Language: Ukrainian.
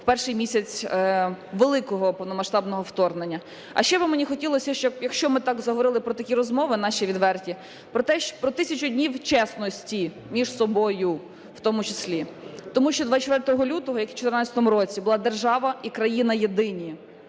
перший місяць великого повномасштабного вторгнення. А ще би мені хотілося, якщо ми так заговорили про такі розмови наші відверті, про 1000 днів чесності між собою в тому числі, тому що 24 лютого, як і в 14-му році, була держава і країна єдині,